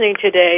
today